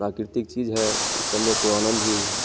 प्राकृतिक चीज़ है इसमें तो आनंद ही है